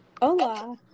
Hola